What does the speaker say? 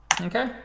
Okay